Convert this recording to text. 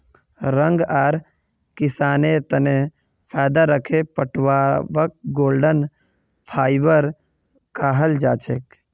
रंग आर किसानेर तने फायदा दखे पटवाक गोल्डन फाइवर कहाल जाछेक